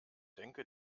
denke